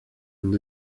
und